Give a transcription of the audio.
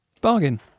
Bargain